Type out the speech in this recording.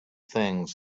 things